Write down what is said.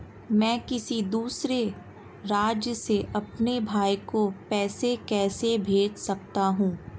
मैं किसी दूसरे राज्य से अपने भाई को पैसे कैसे भेज सकता हूं?